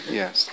yes